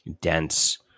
Dense